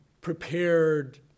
prepared